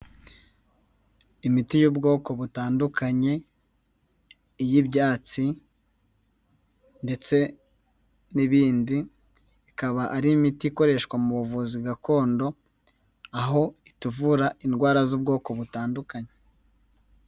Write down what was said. Imiti y'ubwoko butandukanye iy'ibyatsi ndetse n'ibindi, ikaba ari imiti ikoreshwa mu buvuzi gakondo, aho ituvura indwara z'ubwoko butandukanye.